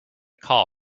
call